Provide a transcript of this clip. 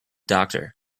doctor